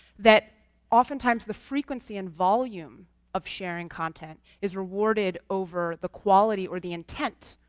that oftentimes, the frequency and volume of sharing content is rewarded, over the quality, or the intent,